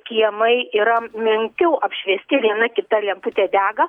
kiemai yra menkiau apšviesti viena kita lemputė dega